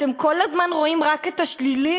אתם כל הזמן רואים רק את השלילי,